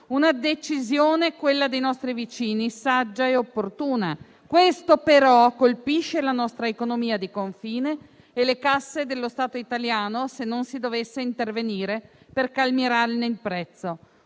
una decisione, quella dei nostri vicini, saggia e opportuna. Questo però colpirà la nostra economia di confine e le casse dello Stato italiano. Se non si dovesse intervenire per calmierarne il prezzo,